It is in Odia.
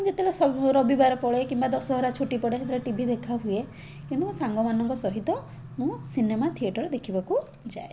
ଯେତେବେଳେ ସ ରବିବାର ପଡ଼େ କିମ୍ବା ଦଶହରା ଛୁଟି ପଡ଼େ ସେତେବେଳେ ଟିଭି ଦେଖା ହୁଏ କିନ୍ତୁ ମୋ ସାଙ୍ଗମାନଙ୍କ ସହିତ ମୁଁ ସିନେମା ଥିଏଟର୍ ଦେଖିବାକୁ ଯାଏ